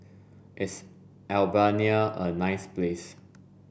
is Albania a nice place